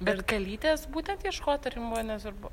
bet kalytės būtent ieškojot ar jum buvo nesvarbu